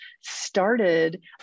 started